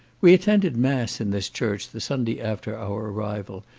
we attended mass in this church the sunday after our arrival,